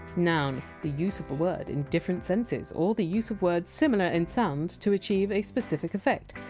noun, the use of a word in different senses or the use of words similar in sound to achieve a specific effect,